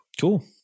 cool